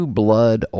blood